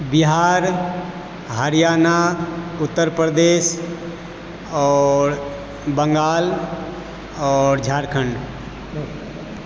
बिहार हरियाणा उत्तर प्रदेश आओर बंगाल आओर झारखण्ड